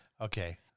Okay